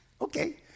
okay